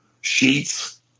sheets